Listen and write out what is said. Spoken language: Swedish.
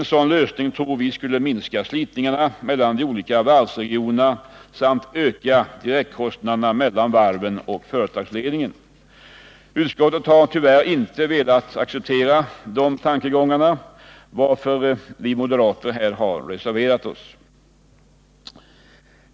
En sådan lösning tror vi skulle minska slitningarna mellan de olika varvsregionerna samt öka direktkontakterna mellan varven och företagsledningen. Utskottet har tyvärr inte velat acceptera dessa tankegångar, varför vi moderater här har reserverat OSS.